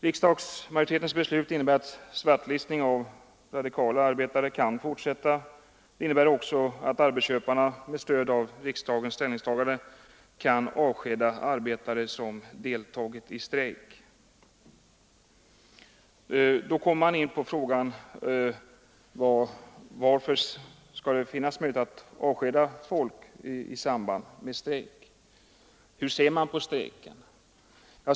Riksdagsmajoritetens beslut innebär att svartlistningen av radikala arbetare kan fortsätta. Det innebär också att arbetsköparna med stöd av riksdagens ställningstagande kan avskeda arbetare som deltagit i strejk. Varför skall det då finnas möjlighet att avskeda folk i samband med strejk? Hur ser man på strejk?